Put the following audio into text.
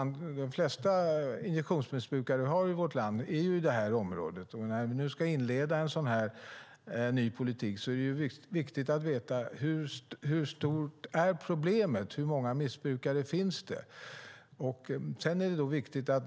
De flesta injektionsmissbrukarna i vårt land finns i det här området, och när vi nu ska inleda en ny politik är det viktigt att veta hur stort problemet är och hur många missbrukare det finns.